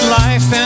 life